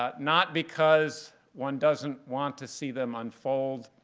ah not because one doesn't want to see them unfold,